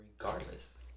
Regardless